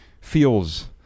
feels